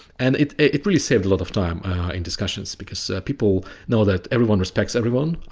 and it it really saved a lot of time in discussions, because people know that everyone respects everyone,